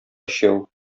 өчәү